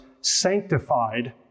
sanctified